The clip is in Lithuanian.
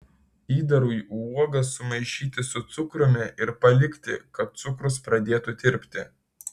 įdarui uogas sumaišyti su cukrumi ir palikti kad cukrus pradėtų tirpti